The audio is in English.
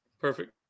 Perfect